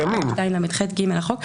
342לח(ג) לחוק".